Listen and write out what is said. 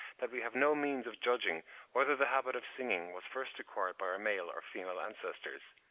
that we have no means of judging whether the habit of singing was first acquired by our male or female ancestors.